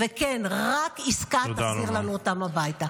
וכן, רק עסקה תחזיר לנו אותם הביתה.